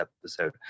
episode